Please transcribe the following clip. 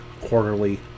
quarterly